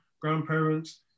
grandparents